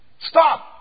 Stop